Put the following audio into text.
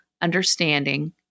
understanding